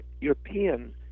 European